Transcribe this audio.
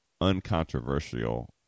uncontroversial